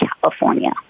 California